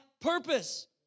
purpose